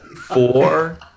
four